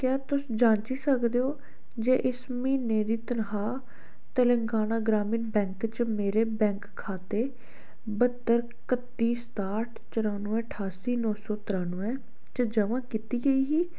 क्या तुस जांची सकदे ओ जे इस म्हीने दी तनखाह् तेलंगाना ग्रामीण बैंक च मेरे बैंक खाते बह्त्तर कत्ती सताह्ट चरानुऐ ठास्सी नौ सौ त्रानुऐ च ज'मा कीती गेई ही